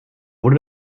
wurde